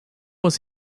was